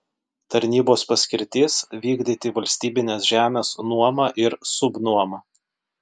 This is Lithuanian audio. tarnybos paskirtis vykdyti valstybinės žemės nuomą ir subnuomą